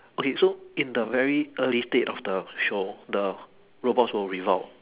okay so in the very early state of the show the robots will revolt